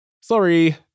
Sorry